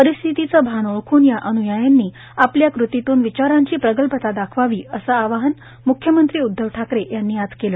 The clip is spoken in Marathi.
परिस्थितीचे भान ओळखून या अन्यायांनी आपल्या कृतीतून विचारांची प्रगल्भता दाखवावी असे आवाहन म्ख्यमंत्री उद्धव ठाकरे यांनी आज केले